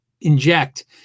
inject